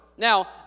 Now